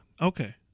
Okay